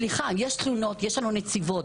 סליחה, יש תלונות, ויש לנו נציבות.